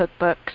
cookbooks